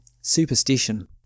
superstition